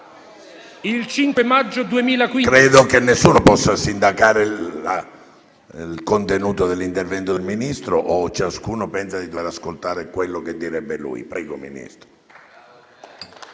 Il 5 maggio 2015,